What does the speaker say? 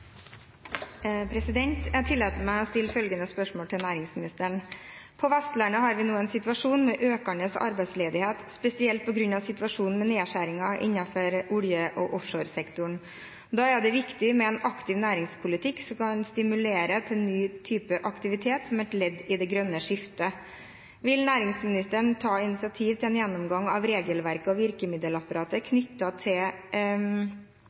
næringsministeren: «På Vestlandet har vi nå en situasjon med økende arbeidsledighet, spesielt på grunn av nedskjæringer innen olje og offshore. Da er det viktig med en aktiv næringspolitikk som kan stimulere til en ny type aktivitet som et ledd i det «grønne skiftet». Vil statsråden ta initiativ til en gjennomgang av regelverket og virkemiddelapparatet knyttet til